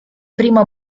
primo